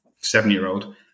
seven-year-old